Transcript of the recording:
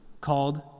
called